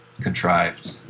contrived